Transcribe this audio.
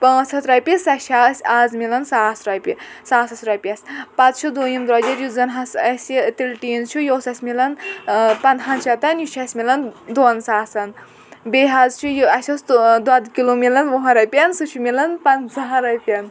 پانژھ ہتھ رۄپیہ سۄ چھِ اسہِ از میلان ساس رۄپیہ ساسَس رۄپیَس پَتہٕ چھُ دوٚیِم درٛۄجر یُس زن حظ اسہِ تِل ٹیٖن چھُ یہِ اوس اسہِ میلان ٲں پَنٛدہان شیٚتَن یہِ چھُ اسہِ میلان دۄن ساسَن بیٚیہِ حظ چھُ یہِ اسہِ اوس دۄدھٕ کلوٗ میلان وُہَن رۄپیَن سُہ چھُ میلان پَنٛژَہَن رۄپیَن